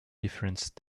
difference